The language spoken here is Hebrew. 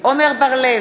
עמר בר-לב,